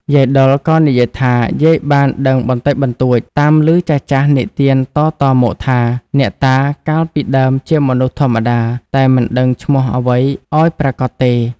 យាយដុលក៏និយាយថា យាយបានដឹងបន្តិចបន្តួច តាមឮចាស់ៗនិទានតៗមកថា អ្នកតាកាលពីដើមជាមនុស្សធម្មតា តែមិនដឹងឈ្មោះអ្វីឲ្យប្រាកដទេ។